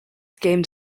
game